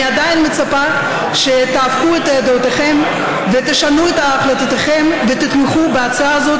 אני עדיין מצפה שתהפכו את דעותיכם ותשנו את החלטתכם ותתמכו בהצעה הזאת.